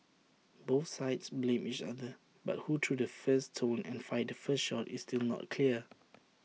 both sides blamed each other but who threw the first stone and fired the first shot is still not clear